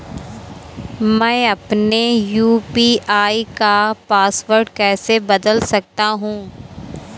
मैं अपने यू.पी.आई का पासवर्ड कैसे बदल सकता हूँ?